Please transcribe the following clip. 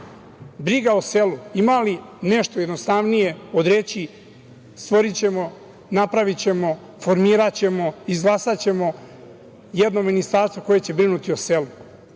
o selu, ima li nešto jednostavnije od reči - stvorićemo, napravićemo, formiraćemo, izglasaćemo jedno ministarstvo koje će brinuti o selu?